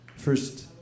First